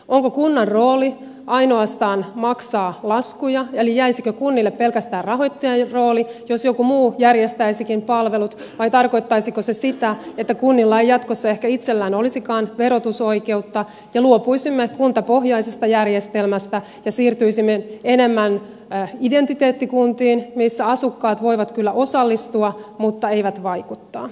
onko kunnan rooli ainoastaan maksaa laskuja eli jäisikö kunnille pelkästään rahoittajan rooli jos joku muu järjestäisikin palvelut vai tarkoittaisiko se sitä että kunnilla ei jatkossa ehkä itsellään olisikaan verotusoikeutta ja luopuisimme kuntapohjaisesta järjestelmästä ja siirtyisimme enemmän identiteettikuntiin joissa asukkaat voivat kyllä osallistua mutta eivät vaikuttaa